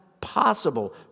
possible